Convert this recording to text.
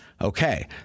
Okay